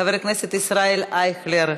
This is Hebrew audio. חבר הכנסת ישראל אייכלר,